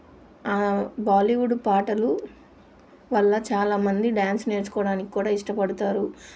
బాలీవుడ్ పాటలు వల్ల చాలామంది డ్యాన్స్ నేర్చుకోడానిక్కూడా ఇష్టపడుతారు